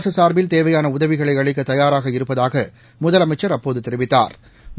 அரசு சாா்பில் தேவையான உதவிகளை அளிக்க தயாராக இருப்பதாக முதலமைச்சா் அப்போது தெரிவித்தாா்